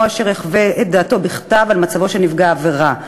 אשר יחווה את דעתו בכתב על מצבו של נפגע העבירה.